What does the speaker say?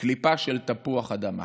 קליפה של תפוח אדמה.